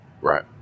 Right